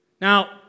Now